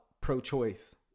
pro-choice